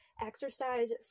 exercise